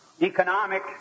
economic